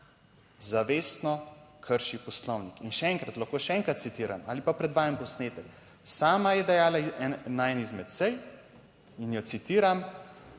zavestno krši poslovnik. In še enkrat, lahko še enkrat citiram ali pa predvajam posnetek, sama je dejala na eni izmed sej in jo citiram: